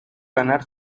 ganar